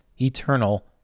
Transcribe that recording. eternal